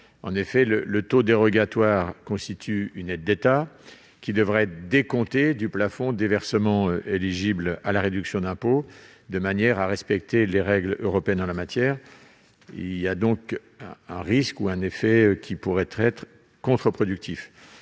En effet, le taux dérogatoire constitue une aide d'État, qui devra être décomptée du plafond des versements éligibles à cette réduction d'impôt, de manière à respecter les règles européennes en la matière. Il y a donc un risque d'effet contre-productif.